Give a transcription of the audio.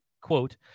quote